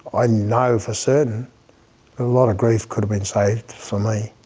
i know for certain a lot of grief could have been saved. for me.